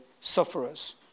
sufferers